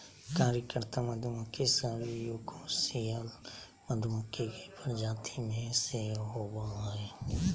कार्यकर्ता मधुमक्खी सब यूकोसियल मधुमक्खी के प्रजाति में से होबा हइ